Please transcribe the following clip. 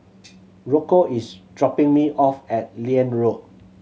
Rocco is dropping me off at Liane Road